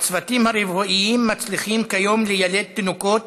הצוותים הרפואיים מצליחים כיום ליילד תינוקות